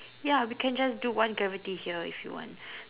ya we can just do one graffiti here if you want